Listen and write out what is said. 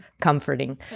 comforting